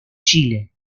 chile